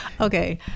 Okay